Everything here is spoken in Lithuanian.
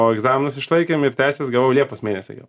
o egzaminus išlaikėm ir teises gavau liepos mėnesį gal